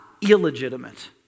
illegitimate